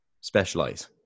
specialize